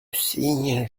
signe